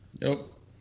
Nope